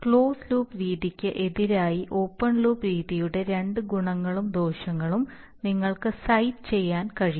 closed loop രീതിക്ക് എതിരായി open loop രീതിയുടെ രണ്ട് ഗുണങ്ങളും ദോഷങ്ങളും നിങ്ങൾക്ക് സൈറ്റ് ചെയ്യാൻ കഴിയും